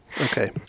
Okay